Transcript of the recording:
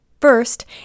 First